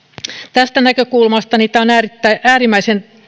tästä näkökulmasta tämä on äärimmäisen